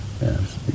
yes